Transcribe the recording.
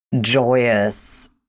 joyous